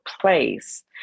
place